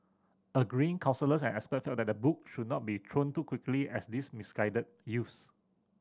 agreeing counsellors and expert felt that the book should not be thrown too quickly at these misguided youths